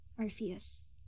Arpheus